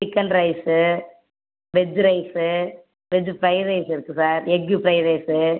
chicken rice veg rice veg fried rice இருக்குது sir egg fried rice